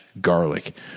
garlic